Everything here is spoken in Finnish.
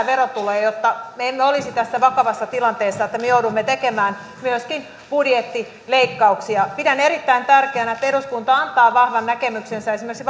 verotuloja jotta me emme olisi tässä vakavassa tilanteessa että me joudumme tekemään myöskin budjettileikkauksia pidän erittäin tärkeänä että eduskunta antaa vahvan näkemyksensä esimerkiksi